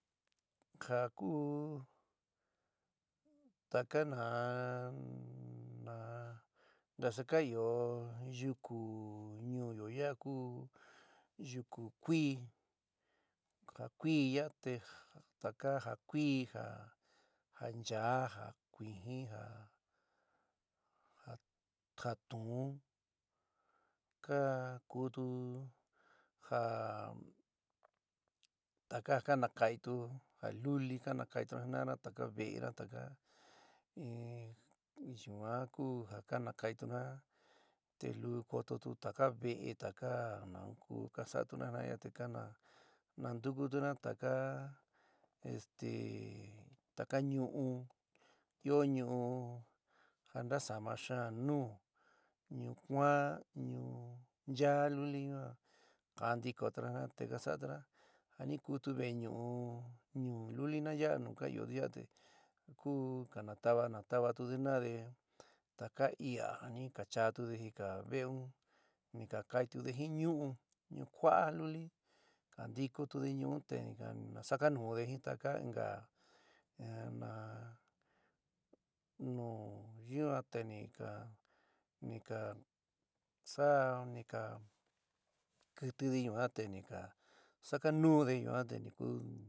Ja kú takáa na na ntasa ka ɨó yuku ñuúyo yaa kuu yukú kuí, ja kuí yaa te taka ja kuí, ja nchaá, ja kuijin. ja tuún ka kutu ja taka ja ka nakaitu jaluli, ka na kaitu jina'ana taka ve'éna taka in yuan ku ja ka nakaituna te luú kototu táka ve'é taka nu ku a ka sa'atuna jina'ana te ka nantukuna taka este taka ñu'u, ɨó ñu'u ja ntásama xaán nu, ñuu kuaán, ñuu nchaá luli yuan ka ntikotuna te ka sa'atuna, ja ni kutu ve'é ñu'u ñuú luli- na ya'a nu ka iótu te ku kanatava natavatude jina'ade taka í'aa ja ni chaátude jika ve'é un ni naka'itude jin ñu'u, ñu'u kua'á luli ka kantikotude ñu'u un te ni kasakanude jin taka inka na nu ñuan te ni ka ni ka sa'a ni ka kɨtide yuan te ni sakanuúde yuan te.